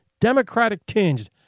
democratic-tinged